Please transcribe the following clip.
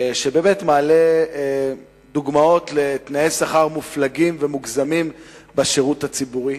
שבאמת מעלה דוגמאות לתנאי שכר מופלגים ומוגזמים בשירות הציבורי.